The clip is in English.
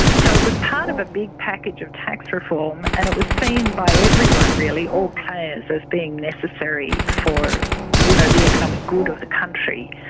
so it was part of a big package of tax reform and it was seen by everyone really, all players, as being necessary for you know the economic good of the country.